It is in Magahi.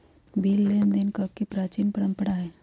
बिल लेनदेन कके प्राचीन परंपरा हइ